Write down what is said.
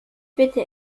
bitte